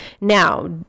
Now